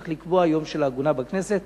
צריך לקבוע יום של עגונה בכנסת.